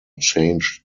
changed